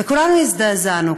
וכולנו הזדעזענו,